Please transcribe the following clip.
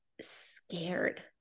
scared